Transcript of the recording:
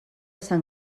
sant